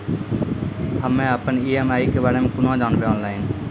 हम्मे अपन ई.एम.आई के बारे मे कूना जानबै, ऑनलाइन?